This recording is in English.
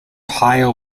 higher